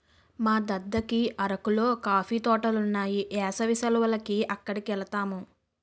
మా దద్దకి అరకులో కాఫీ తోటలున్నాయి ఏసవి సెలవులకి అక్కడికెలతాము